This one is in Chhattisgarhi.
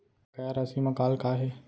बकाया राशि मा कॉल का हे?